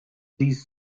these